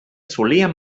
solien